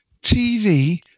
TV